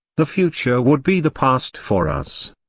the future would be the past for us.